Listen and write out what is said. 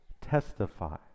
testify